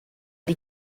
die